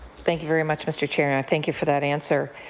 thank you very much, mr. chair. and i thank you for that answer.